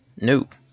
Nope